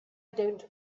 don’t